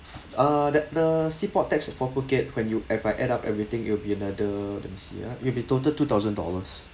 uh that the sea port tax for phuket when you if I add up everything it'll be another let me see ya it'll be total two thousand dollars